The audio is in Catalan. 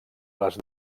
les